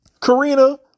Karina